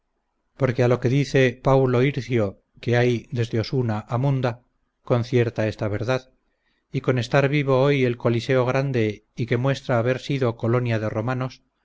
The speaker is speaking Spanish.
porque a lo que dice paulo hircio que hay desde osuna a munda concierta esta verdad y con estar vivo hoy el coliseo grande y que muestra haber sido colonia de romanos